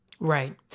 Right